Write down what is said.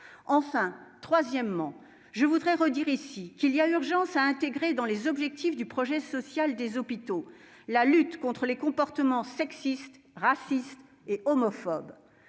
point. Troisièmement, je veux redire ici qu'il y a urgence à inclure dans les objectifs du projet social des hôpitaux la lutte contre les comportements sexistes, racistes et homophobes.